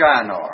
Shinar